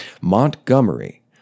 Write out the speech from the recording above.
Montgomery